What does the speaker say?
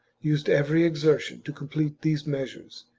used every exertion to complete these measures.